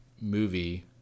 movie